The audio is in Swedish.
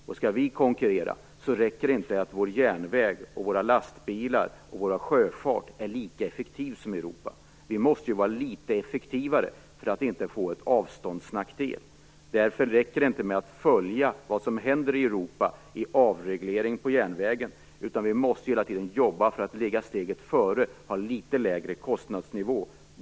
Om vi skall konkurrera räcker det inte att vår järnväg, våra lastbilar och vår sjöfart är lika effektiva som Europas. Vi måste ju vara litet effektivare, för att inte få en avståndsnackdel. Därför räcker det inte med att följa vad som händer i Europa med avregleringen på järnvägen, utan vi måste hela tiden jobba för att ligga steget före och ha litet lägre kostnadsnivå.